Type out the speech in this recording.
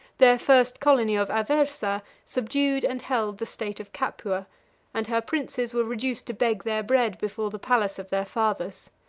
their first colony of aversa subdued and held the state of capua and her princes were reduced to beg their bread before the palace of their fathers.